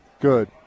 Good